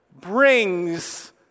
brings